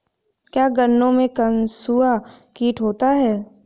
क्या गन्नों में कंसुआ कीट होता है?